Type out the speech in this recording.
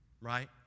right